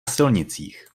silnicích